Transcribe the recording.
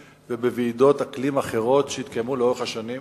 ובוועידות אקלים אחרות שהתקיימו לאורך השנים.